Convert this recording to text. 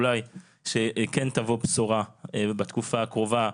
אולי שכן תבוא בשורה בתקופה הקרובה,